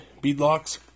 beadlocks